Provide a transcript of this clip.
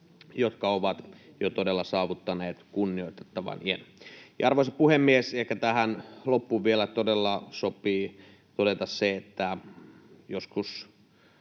jotka ovat jo todella saavuttaneet kunnioitettavan iän. Arvoisa puhemies! Ehkä tähän loppuun vielä todella sopii todeta, että joskus